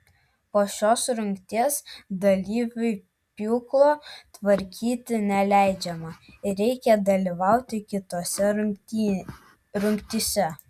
po šios rungties dalyviui pjūklo tvarkyti neleidžiama ir reikia dalyvauti kitose rungtyse